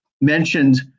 mentioned